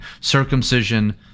circumcision